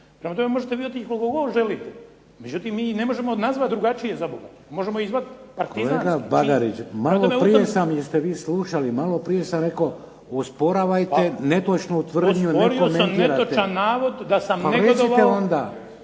Prema tome možete vi otići koliko god želite, međutim mi ih ne možemo nazvati drugačije zaboga, možemo ih **Šeks, Vladimir (HDZ)** Kolega Bagarić malo prije sam, jeste vi slušali, maloprije sam rekao osporavajte netočnu tvrdnju, ne komentirajte. **Bagarić, Ivan (HDZ)** Pa osporio sam netočan